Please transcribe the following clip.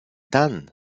dann